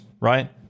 right